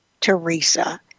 Teresa